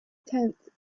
tenth